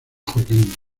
joaquín